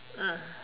ah